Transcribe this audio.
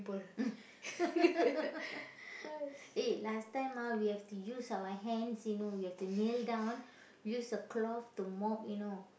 eh last time ah we have to use our hands you know we have to kneel down use the cloth to mop you know